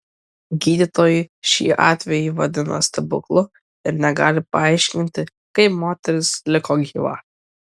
gydytojai šį atvejį vadina stebuklu ir negali paaiškinti kaip moteris liko gyva